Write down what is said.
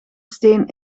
steen